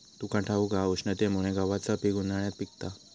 तुका ठाऊक हा, उष्णतेमुळे गव्हाचा पीक उन्हाळ्यात पिकता